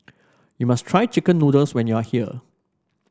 you must try chicken noodles when you are here